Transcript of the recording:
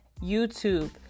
YouTube